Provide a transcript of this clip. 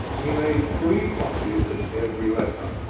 he made three copies of every letter,